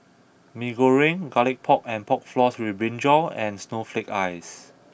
Mee Goreng Garlic Pork and Pork Floss With Brinjal and Snowflake Ice